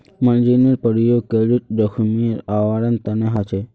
मार्जिनेर प्रयोग क्रेडिट जोखिमेर आवरण तने ह छे